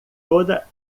toda